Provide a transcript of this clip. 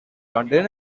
london